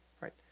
right